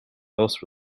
most